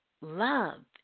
Love